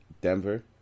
Denver